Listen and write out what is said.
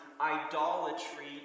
idolatry